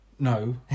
No